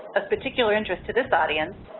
of particular interest to this audience,